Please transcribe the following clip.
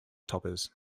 toppers